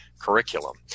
curriculum